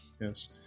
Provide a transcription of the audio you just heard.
Yes